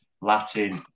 Latin